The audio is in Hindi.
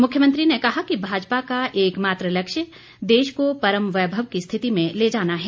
मुख्यमंत्री ने कहा कि भाजपा का एकमात्र लक्ष्य देश को परम वैभव की रिथिति में ले जाना है